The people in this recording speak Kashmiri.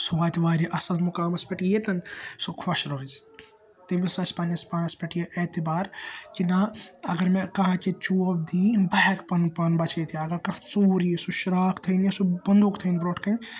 سُہ واتہِ واریاہ اَصٕل مُقامَس پیٚٹھ ییٚتَن سُہ خۄش روزِ تٔمِس آسہِ پَنٕنِس پانَس پیٚٹھ یہِ اعتبار کہِ نا اَگَر مےٚ کانٛہہ کہِ چوب دِی بہٕ ہیٚکہٕ پَنُن پان بَچٲوِتھ یا اَگَر ژوٗر یِیہِ سُہ شرٛاکھ تھٲوِن یا سُہ بنٛدُوٗق تھٲوِن برٛونٛٹھ کَنہِ